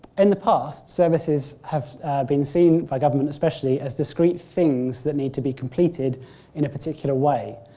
in the past, services have been seen by government especially as discrete things that need to be completed in a particular way,